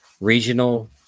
regional